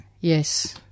Yes